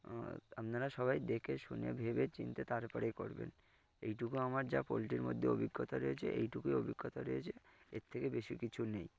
আপনারা সবাই দেখে শুনে ভেবে চিনতে তারপরেই করবেন এইটুকু আমার যা পোলট্রী মধ্যে অভিজ্ঞতা রয়েছে এইটুকুই অভিজ্ঞতা রয়েছে এর থেকে বেশি কিছু নেই